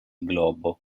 globo